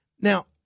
Now